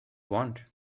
want